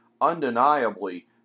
undeniably